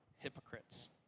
Hypocrites